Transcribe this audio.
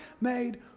made